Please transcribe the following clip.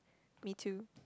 me too